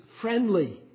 friendly